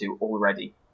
already